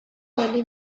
early